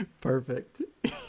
Perfect